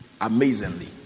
amazingly